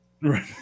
Right